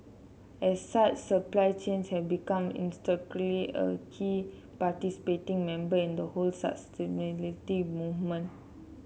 as such supply chains have become intrinsically a key participating member in the whole sustainability movement